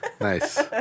Nice